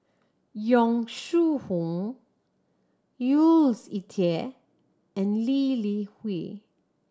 Yong Shu Hoong Jules Itier and Lee Li Hui